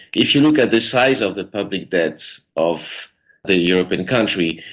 if you look at the size of the public debts of the european countries,